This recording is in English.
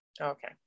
Okay